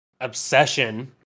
obsession